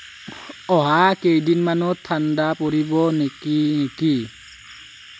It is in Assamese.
অহা কেইদিনমানত ঠাণ্ডা পৰিব নেকি